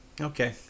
Okay